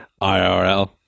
IRL